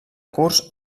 curs